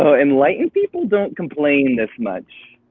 ah enlightened people don't complain this much.